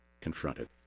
confronted